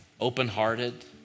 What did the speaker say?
open-hearted